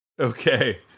Okay